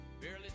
barely